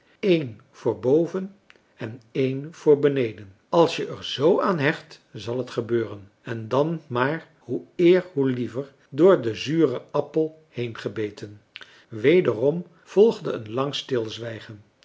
een voor boven en een voor beneden als je er zoo aan hecht zal t gebeuren en dan maar hoe eer hoe liever door den zuren appel heengebeten wederom volgde een lang stilzwijgen